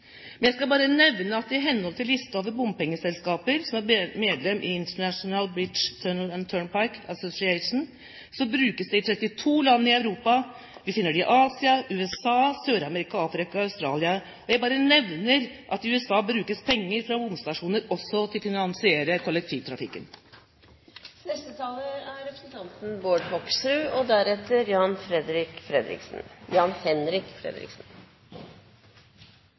Men jeg skal bare nevne at i henhold til listen over bompengeselskaper som er medlemmer i International Bridge, Tunnel and Turnpike Association, brukes det i 32 land i Europa. Vi finner det i Asia, USA, Sør-Amerika, Afrika og Australia. Jeg bare nevner at i USA brukes penger fra bomstasjoner også til å finansiere kollektivtrafikken. Det var nesten litt fantastisk å høre på foregående taler.